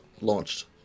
launched